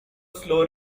slow